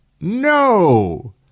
no